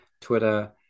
Twitter